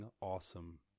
awesome